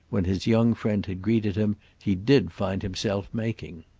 when his young friend had greeted him, he did find himself making.